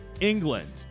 england